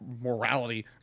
morality